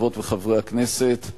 חברות וחברי הכנסת,